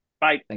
Bye